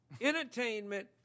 entertainment